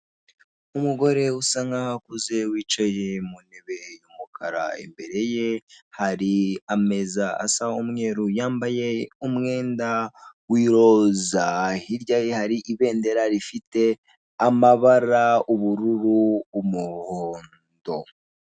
Umugore usa nk'aho akuze wicaye mu ntebe y'umukara imbere ye hari ameza asa umweru yambaye umwenda w'iroza, hirya ye hari ibendera rifite amabara ubururu umuhondo.